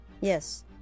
Yes